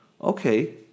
okay